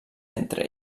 entre